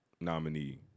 nominee